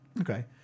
Okay